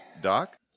Doc